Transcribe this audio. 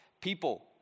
People